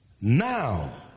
Now